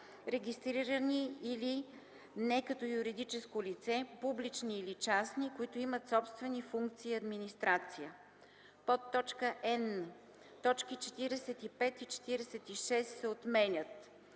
регистрирани или не като юридическо лице, публични или частни, които имат собствени функции и администрация.”; н) точки 45 и 46 се отменят;